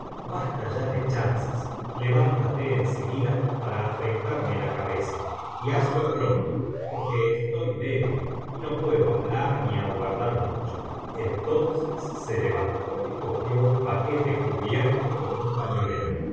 basta ya de chanzas levántate en seguida para afeitarme la cabeza y hazlo pronto porque estoy débil y no puedo hablar ni aguardar mucho entonces se levantó y cogió un paquete cubierto con un pañuelo